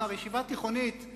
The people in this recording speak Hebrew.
הוא אמר: ישיבה תיכונית היא